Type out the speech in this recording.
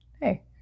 Hey